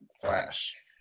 Flash